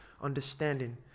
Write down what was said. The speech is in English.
understanding